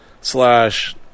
slash